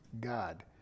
God